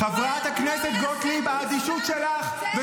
סנוואר לא יעשה עסקה, זה אין לתאר.